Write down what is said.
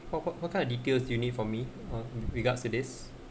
what what what kind of details unit for me on regards to this